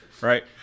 Right